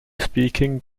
speaking